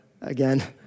again